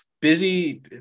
Busy